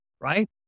right